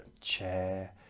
chair